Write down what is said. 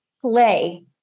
play